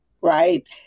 right